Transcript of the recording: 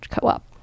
co-op